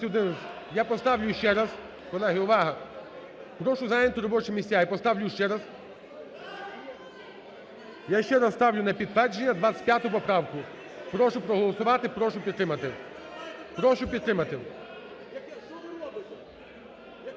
Я поставлю ще раз. Колеги, увага! Прошу зайняти робочі місця. Я поставлю ще раз. Я ще раз ставлю на підтвердження 25 поправку. Прошу проголосувати, прошу підтримати. Прошу підтримати.